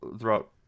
throughout